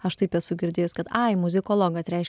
aš taip esu girdėjus kad ai muzikologas reiškia